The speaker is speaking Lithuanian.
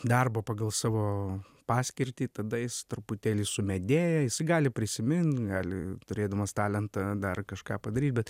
darbo pagal savo paskirtį tada jis truputėlį sumedėja jis gali prisimint gali turėdamas talentą dar kažką padaryt bet